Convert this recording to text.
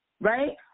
Right